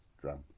drum